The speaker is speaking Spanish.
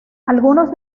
algunos